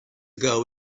ago